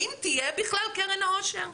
האם תהיה בכלל קרן העושר?